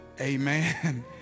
Amen